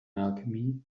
alchemy